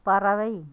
பறவை